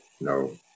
no